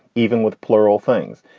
even with plural things,